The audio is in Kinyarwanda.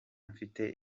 mfite